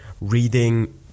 reading